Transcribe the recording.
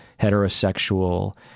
heterosexual